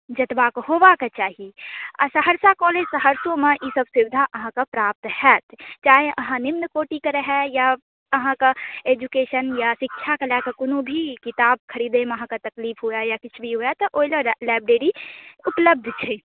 जतबाक होयबाके चाही आ सहरसा कॉलेज सहरसोमे ई सब सुविधा अहाँकेँ प्राप्त होयत चाहे अहाँ निम्न कोटिके रहऽ या अहाँकऽ एजुकेशन या शिक्षाके लऽ कऽ कोनो भी किताब खरीदैमे अहाँकेँ तकलीफ हुअ या किछु भी हुअ तऽ ओहि ला लाइब्रेरी उपलब्ध छै